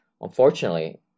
Unfortunately